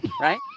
right